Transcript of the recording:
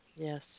Yes